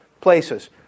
places